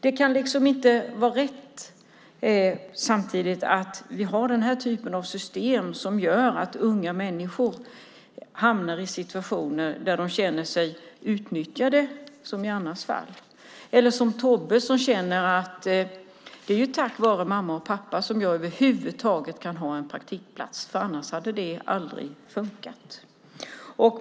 Det kan inte vara rätt att vi har system som gör att unga människor hamnar i situationer där de känner sig utnyttjade, som i Annas fall, eller, som i Tobbes fall, känner att det är tack vare mamma och pappa som man över huvud taget kan ha en praktikplats. Annars hade det aldrig fungerat.